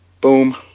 Boom